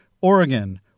Oregon